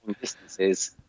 distances